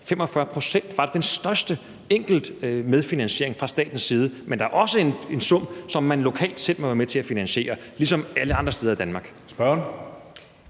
Det er faktisk den største enkeltvise medfinansiering fra statens side. Men der er også en sum, som man lokalt selv må være med til at finansiere, ligesom alle andre steder i Danmark.